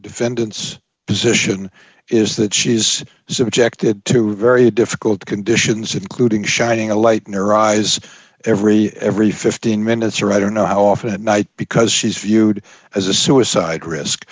defendant's position is that she is subjected to very difficult conditions including shining a light neuron is every every fifteen minutes or i don't know how often that night because she's viewed as a suicide risk